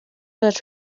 bacu